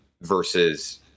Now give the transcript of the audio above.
Versus